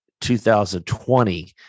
2020